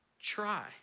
Try